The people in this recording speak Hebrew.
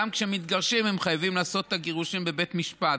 גם כשהם מתגרשים הם חייבים גירושים בבית משפט,